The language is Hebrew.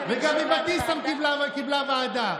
וגם אבתיסאם קיבלה ועדה.